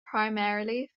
primarily